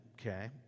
Okay